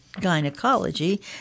gynecology